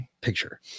picture